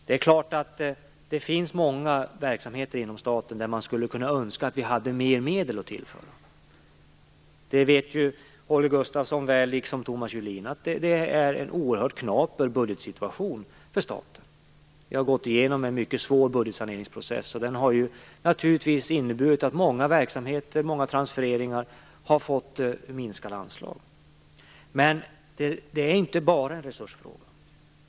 Det är klart att det finns många verksamheter inom staten där man skulle önska att vi hade mer medel att tillföra. Det vet ju Holger Gustafsson och Thomas Julin väl. Vi har en oerhört knaper budgetsituation för staten. Vi har gått igenom en mycket svår budgetsaneringsprocess, och det har naturligtvis inneburit att många verksamheter, många transfereringar, har fått minskade anslag. Men det här är inte bara en resursfråga.